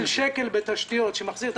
אם יש השקעה של שקל בתשתיות שמחזירה את